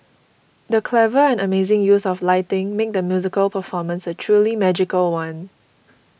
the clever and amazing use of lighting made the musical performance a truly magical one